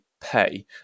pay